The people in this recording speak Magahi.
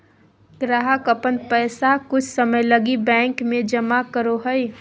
ग्राहक अपन पैसा कुछ समय लगी बैंक में जमा करो हइ